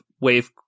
wave